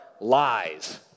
lies